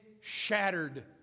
shattered